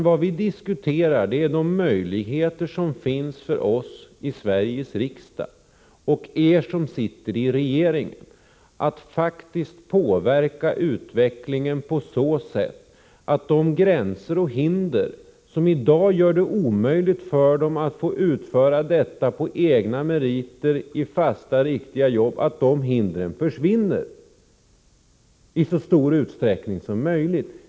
Vad vi diskuterar är i stället de möjligheter som finns för oss i Sveriges riksdag och för er som sitter i regeringen att faktiskt påverka utvecklingen på så sätt, att de hinder och gränser som i dag gör det omöjligt för ungdomarna att få utföra arbetet på egna meriter och i fasta, riktiga jobb försvinner i så stor utsträckning som möjligt.